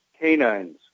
canines